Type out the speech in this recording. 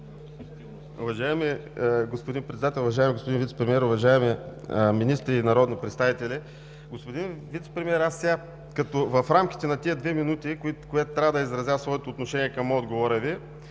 Уважаеми господин Председател, уважаеми господин Вицепремиер, уважаеми министри и народни представители! Господин Вицепремиер, аз сега в рамките на тези две минути, в които трябва да изразя своето отношение към отговора Ви,